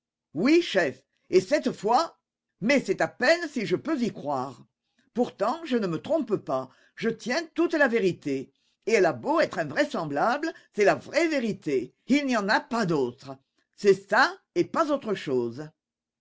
oui chef et cette fois mais c'est à peine si je peux y croire pourtant je ne me trompe pas je tiens toute la vérité et elle a beau être invraisemblable c'est la vraie vérité il n'y en a pas d'autre c'est ça et pas autre chose